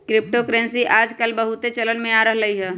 crypto currency याजकाल बहुते चलन में आ रहल हइ